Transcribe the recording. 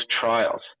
trials